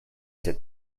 c’est